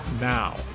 now